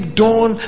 dawn